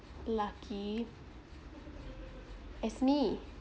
lucky as me